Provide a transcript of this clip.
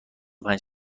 پنج